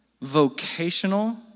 vocational